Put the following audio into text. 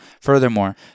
Furthermore